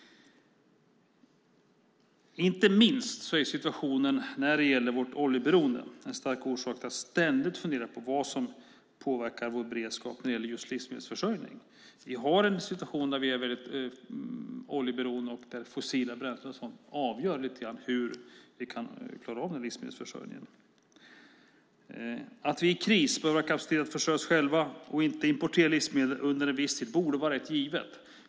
Inte minst är situationen när det gäller vårt oljeberoende en stark orsak till att ständigt fundera på vad som påverkar vår beredskap när det gäller livsmedelsförsörjning. Vi har en situation där vi är väldigt oljeberoende och där fossila bränslen avgör hur vi kan klara av livsmedelsförsörjningen. Att vi i kris behöver ha kapacitet att försörja oss själva och inte importera livsmedel under en viss tid borde vara givet.